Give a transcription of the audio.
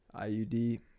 IUD